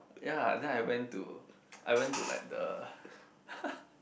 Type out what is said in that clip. ya then I went to I went to like the